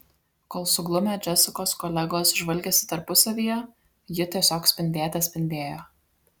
kol suglumę džesikos kolegos žvalgėsi tarpusavyje ji tiesiog spindėte spindėjo